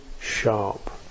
sharp